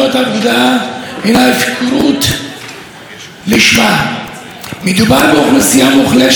מדובר באוכלוסייה מוחלשת של אנשים שמוכנים לעבוד בתנאים הקשים ביותר,